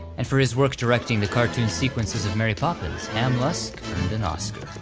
and for his work directing the cartoon sequences of mary poppins, ham luske earned an oscar.